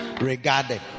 regarded